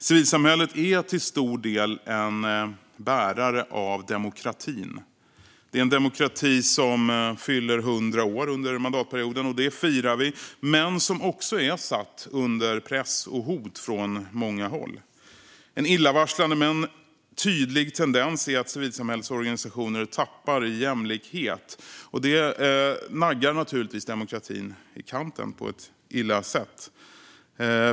Civilsamhället är till stor del en bärare av demokratin. Det är en demokrati som fyller 100 år under mandatperioden, och det firar vi, men demokratin är också satt under press och hot från många håll. En illavarslande men tydlig tendens är att civilsamhällets organisationer tappar i jämlikhet. Det naggar naturligtvis demokratin i kanten.